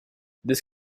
this